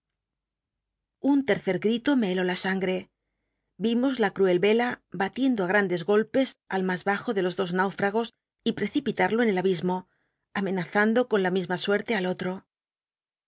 n tej'cci gito me heló la sangre vimos la cruel cla batiendo á grandes golpes al mas bajo de los dos miuf agos y precipitar lo en el abismo amenazando con la mi ma suerte al otro